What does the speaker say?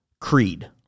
creed